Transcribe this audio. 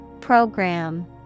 Program